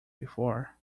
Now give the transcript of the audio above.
before